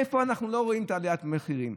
איפה אנחנו לא רואים את עליית המחירים?